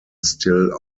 still